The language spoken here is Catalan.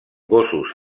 gossos